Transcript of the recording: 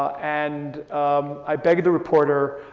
and i begged the reporter,